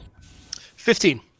Fifteen